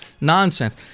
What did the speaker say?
nonsense